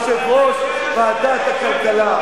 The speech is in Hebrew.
יושב-ראש ועדת הכלכלה,